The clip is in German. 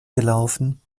gelaufen